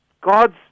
God's